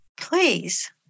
Please